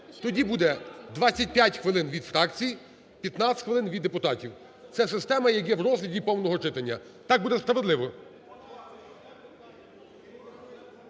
Тоді буде 25 хвилин від фракцій 15 хвилин від депутатів – це система, яка є в розгляді повного читання. Так буде справедливо.